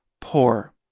poor